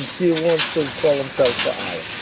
he wants to call himself